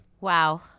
Wow